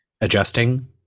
Adjusting